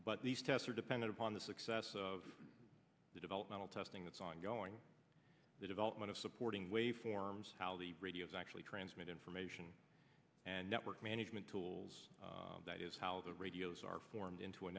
but these tests are dependent upon the success of the developmental testing that's ongoing the development of supporting waveforms how the radios actually transmit information and network it meant tools that is how the radios are formed into a